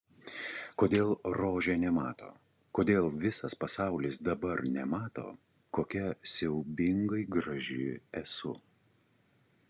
kodėl rožė nemato kodėl visas pasaulis dabar nemato kokia siaubingai graži esu